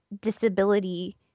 disability